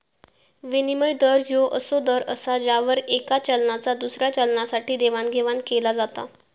विनिमय दर ह्यो असो दर असा ज्यावर येका चलनाचा दुसऱ्या चलनासाठी देवाणघेवाण केला जाता